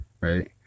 right